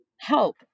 help